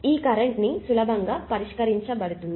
ఇప్పుడు ఈ కరెంట్ సులభంగా పరిష్కరించబడుతుంది